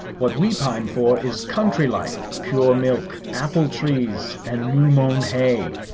what we pine for is country life pure milk, apple trees and new mown hay.